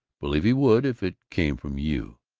believe he would, if it came from you.